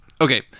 okay